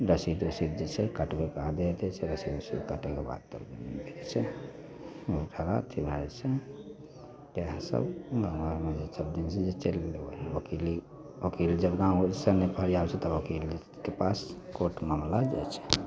रसीद उसीद जे छै से काटैके साथे रसीद दै छै काटैके बाद ओकर जमीन होइ छै ओकिलसे जब मामिला नहि फरिआबै छै तब मामिला कोर्टमे जाए छै